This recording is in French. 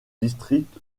district